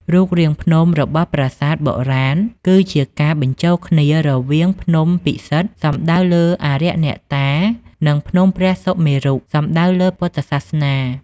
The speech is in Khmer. រូបរាងភ្នំ របស់ប្រាសាទបុរាណគឺជាការបញ្ចូលគ្នារវាងភ្នំពិសិដ្ឋ សំដៅលើអារក្សអ្នកតា និងភ្នំព្រះសុមេរុ សំដៅលើពុទ្ធសាសនា។